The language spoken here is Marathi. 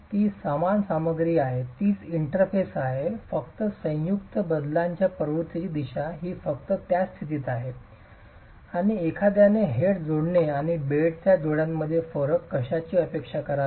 ती समान सामग्री आहे तीच इंटरफेस आहे फक्त संयुक्त बदलांच्या प्रवृत्तीची दिशा ही फक्त त्याच स्थितीत आहे आणि एखाद्याने हेड जोडणे आणि बेडच्या जोड्यामध्ये फरक कशाची अपेक्षा करावी